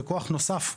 וכוח נוסף,